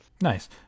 nice